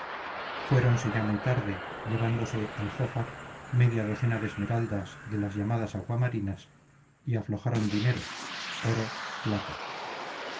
precios fuéronse ya muy tarde llevándose aljófar media docena de esmeraldas de las llamadas aguamarinas y aflojaron dinero oro plata